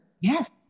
Yes